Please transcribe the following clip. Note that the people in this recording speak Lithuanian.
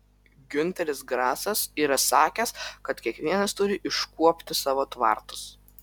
giunteris grasas yra sakęs kad kiekvienas turi iškuopti savo tvartus